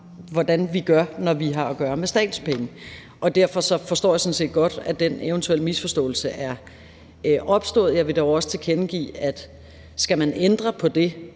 hvordan vi gør, når vi har at gøre med statens penge, og derfor forstår jeg sådan set godt, at den eventuelle misforståelse er opstået. Jeg vil dog også tilkendegive, at skal man ændre på det,